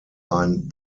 ein